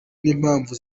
n’impamvu